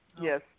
yes